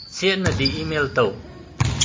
ꯆꯦꯠꯅꯗꯤ email ꯇꯧ